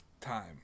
time